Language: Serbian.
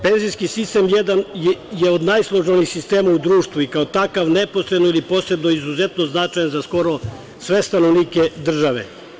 Penzijski sistem je jedan od najsloženijih sistema u društvu i kao takav neposredno ili posredno je izuzetno značajan za skoro sve stanovnike države.